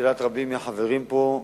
לשאלת רבים מהחברים פה,